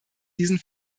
diesen